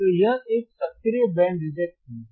तो यह एक सक्रिय बैंड रिजेक्ट फिल्टर है